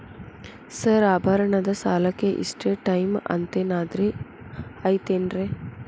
Sir ಆಭರಣದ ಸಾಲಕ್ಕೆ ಇಷ್ಟೇ ಟೈಮ್ ಅಂತೆನಾದ್ರಿ ಐತೇನ್ರೇ?